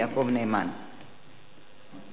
להכנה